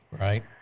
Right